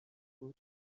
بود